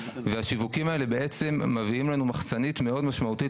והשיווקים האלה בעצם מביאים לנו מחסנית מאוד משמעותית